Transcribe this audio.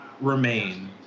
remain